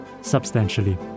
substantially